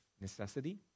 necessity